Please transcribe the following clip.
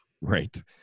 Right